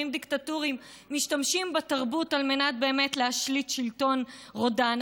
דיקטטוריים משתמשים בתרבות על מנת באמת להשליט שלטון רודן.